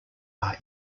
are